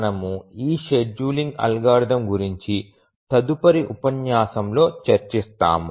మనము ఈ scheduling algorithm గురించి తదుపరి ఉపన్యాసంలో చర్చిస్తాము